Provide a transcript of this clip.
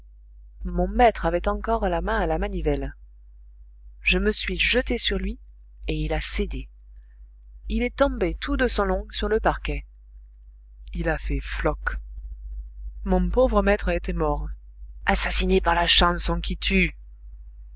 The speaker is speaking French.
mon maître avait encore la main à la manivelle je me suis jetée sur lui et il a cédé il est tombé tout de son long sur le parquet il a fait floc mon pauvre maître était mort assassiné par la chanson qui tue